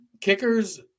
kickers